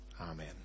Amen